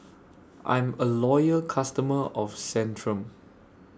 I'm A Loyal customer of Centrum